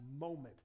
moment